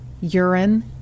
urine